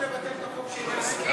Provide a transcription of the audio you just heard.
בסדר.